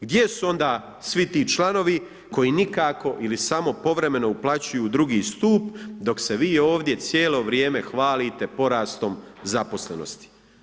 Gdje su onda svi ti članovi koji nikako ili samo povremeno uplaćuju u drugi stup dok se vi ovdje cijelo vrijeme hvalite porastom zaposlenosti.